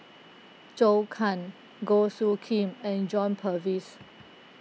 Zhou Can Goh Soo Khim and John Purvis